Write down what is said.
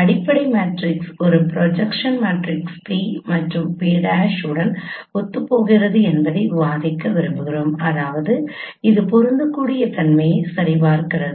அடிப்படை மேட்ரிக்ஸ் ஒரு projection matrix P மற்றும் P' உடன் ஒத்துப்போகிறது என்பதை விவாதிக்க விரும்புகிறோம் அதாவது இது பொருந்தக்கூடிய தன்மையை சரிபார்க்கிறது